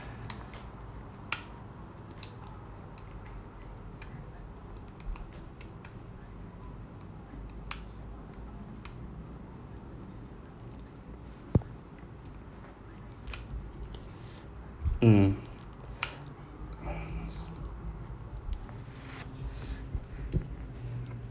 mm